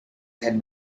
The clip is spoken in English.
had